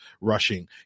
rushing